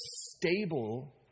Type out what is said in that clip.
stable